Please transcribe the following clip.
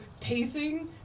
pacing